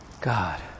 God